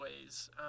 ways